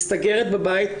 מסתגרת בבית,